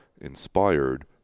inspired